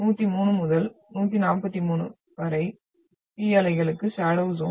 103 முதல் 143 வரை P அலைகளுக்கு ஷடோவ் ஜ்யோன்